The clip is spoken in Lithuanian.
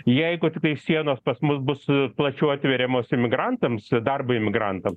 jeigu tiktai sienos pas mus bus plačiau atveriamos imigrantams darbo imigrantam